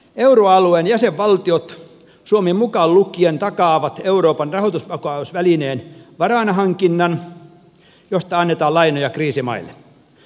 euroalueen jäsenvaltiot suomi mukaan lukien takaavat euroopan rahoitusvakausvälineen varainhankinnan josta annetaan lainoja kriisimaille